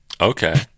Okay